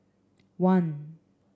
one